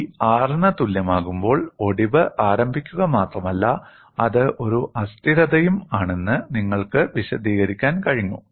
G R ന് തുല്യമാകുമ്പോൾ ഒടിവ് ആരംഭിക്കുക മാത്രമല്ല അത് ഒരു അസ്ഥിരതയും ആണെന്ന് നിങ്ങൾക്ക് വിശദീകരിക്കാൻ കഴിഞ്ഞു